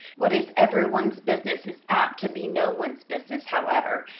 what is every one's business is apt to be no one's business, however,